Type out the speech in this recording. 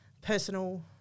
personal